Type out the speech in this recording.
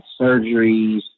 surgeries